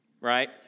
right